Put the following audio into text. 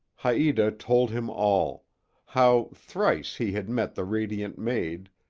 haita told him all how thrice he had met the radiant maid,